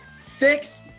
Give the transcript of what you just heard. Six